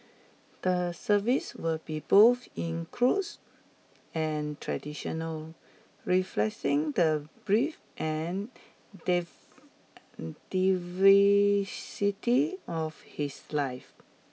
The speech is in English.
the service will be both includes and traditional the breadth and diversity of his life